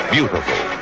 Beautiful